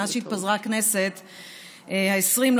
מאז שהתפזרה הכנסת העשרים,